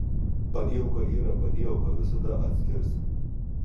padielka yra padielka visada atskirsi